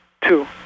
Two